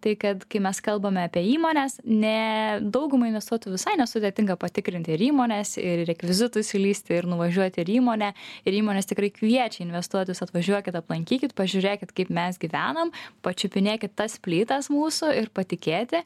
tai kad kai mes kalbame apie įmones ne daugumai investuotojų visai nesudėtinga patikrint ir įmones ir į rekvizitus įlįsti ir nuvažiuoti ir į įmonę ir įmonės tikrai kviečia investuotojus atvažiuokit aplankykit pažiūrėkit kaip mes gyvenam pačiupinėkit tas plytas mūsų ir patikėti